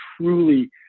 truly